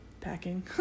Packing